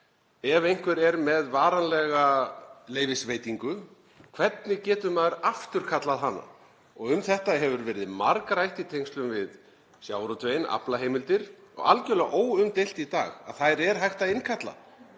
ef einhver er með varanlega leyfisveitingu, hvernig getur maður afturkallað hana? Og um þetta hefur verið margrætt í tengslum við sjávarútveginn, aflaheimildir, og algerlega óumdeilt í dag að þær er hægt að innkalla